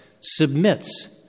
submits